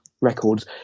Records